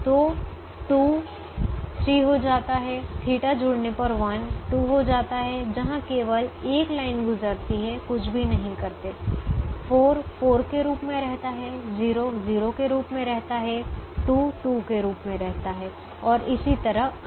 तो 2 3 हो जाता है θ जोड़ने पर 1 2 हो जाता है जहां केवल 1 लाइन गुजरती है कुछ भी नहीं करते हैं 4 4 के रूप में रहता है 0 0 के रूप में रहता है 2 2 के रूप में रहता है और इसी तरह अन्य